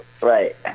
Right